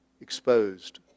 exposed